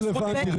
רלוונטי.